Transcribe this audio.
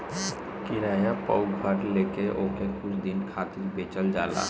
किराया पअ घर लेके ओके कुछ दिन खातिर बेचल जाला